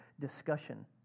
discussion